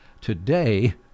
Today